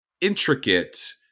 intricate